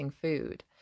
food